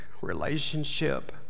relationship